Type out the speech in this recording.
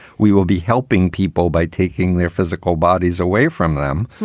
we will be helping people by taking their physical bodies away from them.